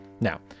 Now